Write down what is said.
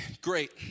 great